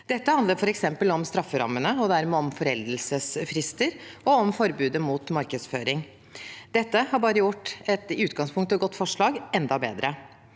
Dette handler f.eks. om strafferammene, og dermed om foreldelsesfrister, og om forbudet mot markedsføring. Det har gjort et i utgangspunktet godt forslag enda bedre.